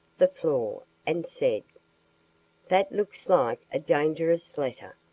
the floor, and said that looks like a dangerous letter.